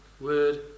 word